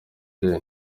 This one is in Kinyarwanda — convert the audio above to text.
day